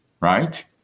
Right